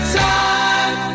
time